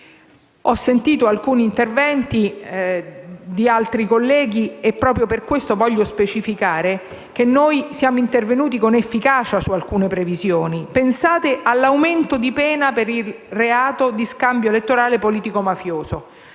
Ho sentito alcuni interventi di altri colleghi e proprio per questo voglio specificare che noi siamo intervenuti con efficacia su alcune previsioni. Pensate all'aumento di pena per il reato di scambio elettorale politico‑mafioso,